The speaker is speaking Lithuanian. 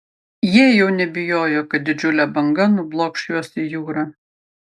jie jau nebijojo kad didžiulė banga nublokš juos į jūrą